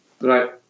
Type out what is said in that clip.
Right